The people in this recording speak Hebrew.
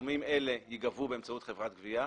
שתשלומים אלה ייגבו באמצעות חברת גבייה?